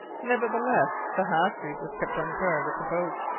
nevertheless, the half-breed was kept on guard at the boat,